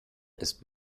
ist